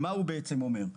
הוא בעצם אומר: